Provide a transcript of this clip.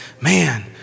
man